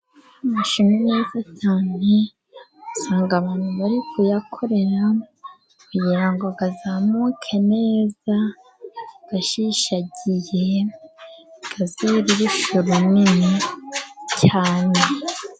Amashu ni meza cyane, usanga abantu bari kuyakorera kugira ngo azamuke neza ashishagiye azere urushu runini cyane.